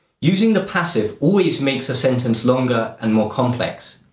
using the passive always makes a sentence longer and more complex.